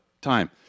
time